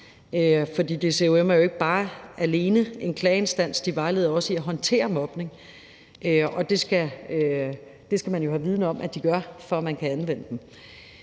For DCUM er jo ikke bare alene en klageinstans. De vejleder også i at håndtere mobning, og det skal man jo have viden om at de gør, for at man kan anvende dem.